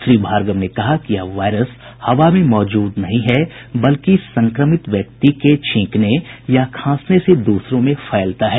श्री भार्गव ने कहा कि यह वायरस हवा में मौजूद नहीं है बल्कि संक्रमित व्यक्ति के छींकने या खांसने से दूसरों में फैलता है